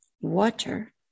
water